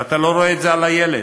ואתה לא רואה את זה על הילד,